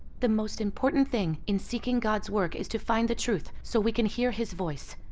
the most important thing in seeking god's work is to find the truth, so we can hear his voice.